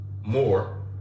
more